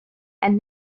and